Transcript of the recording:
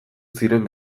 ziren